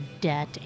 debt